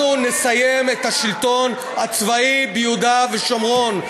אנחנו נסיים את השלטון הצבאי ביהודה ושומרון.